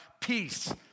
peace